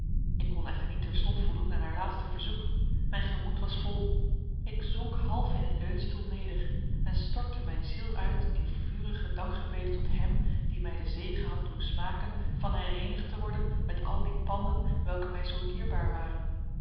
ik kon echter niet terstond voldoen aan haar laatste verzoek mijn gemoed was vol ik zonk half in een leunstoel neder en stortte mijn ziel uit in vurige dankgebeden tot hem die mij den zegen had doen smaken van hereenigd te worden met al die panden welke mij zoo dierbaar waren